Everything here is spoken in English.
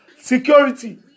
security